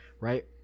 right